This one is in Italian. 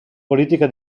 politica